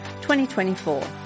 2024